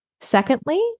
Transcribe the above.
Secondly